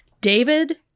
David